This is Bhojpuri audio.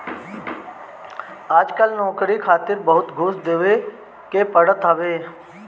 आजकल नोकरी खातिर बहुते घूस देवे के पड़त हवे